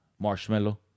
marshmallow